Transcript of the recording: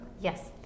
Yes